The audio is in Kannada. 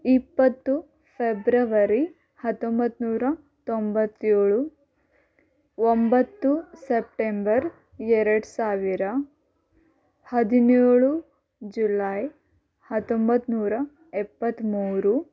ಇಪ್ಪತ್ತು ಫೆಬ್ರವರಿ ಹತ್ತೊಂಬತ್ತು ನೂರ ತೊಂಬತ್ತೇಳು ಒಂಬತ್ತು ಸೆಪ್ಟೆಂಬರ್ ಎರಡು ಸಾವಿರ ಹದಿನೇಳು ಜುಲಾಯ್ ಹತ್ತೊಂಬತ್ತು ನೂರ ಎಪ್ಪತ್ತ್ಮೂರು